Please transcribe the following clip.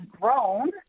grown